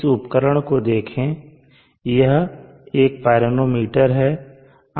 इस उपकरण को देखें यह एक पाइरोमीटर है